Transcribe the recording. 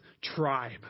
tribe